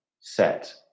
set